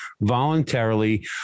voluntarily